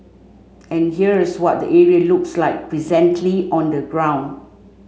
and here's what the area looks like presently on the ground